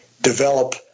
develop